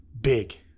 big